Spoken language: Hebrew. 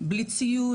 בלי ציוד.